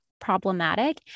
problematic